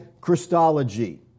Christology